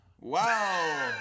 wow